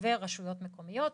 ורשויות מקומיות.